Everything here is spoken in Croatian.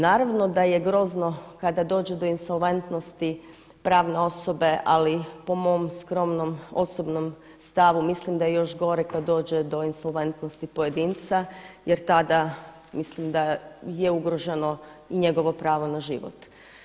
Naravno da je grozno kada dođe do insolventnosti pravne osobe, ali po mom skromnom osobnom stavu mislim da je još gore kada dođe do insolventnosti pojedinca jer tada mislim da je ugroženo i njegovo pravo na život.